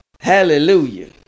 Hallelujah